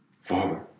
Father